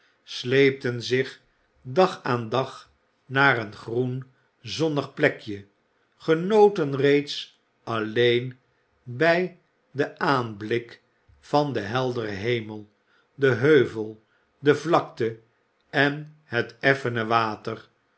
sleepten zich dag aan dag naar een groen zonnig plekje genoten reeds alleen bij den aanblik van den helderen hemel den heuvel de vlakte en het effene water